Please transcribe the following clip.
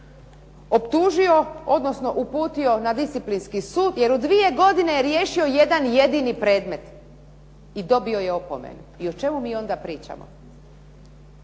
optužio odnosno uputio na disciplinski sud jer u dvije godine je riješio jedan jedini predmet i dobio je opomenu. I o čemu mi onda pričamo.